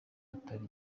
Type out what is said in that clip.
atari